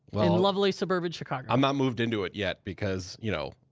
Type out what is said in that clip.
well. in lovely suburban chicago. i'm not moved into it yet, because you know